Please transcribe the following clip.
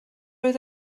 oedd